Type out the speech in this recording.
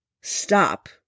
stop